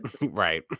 Right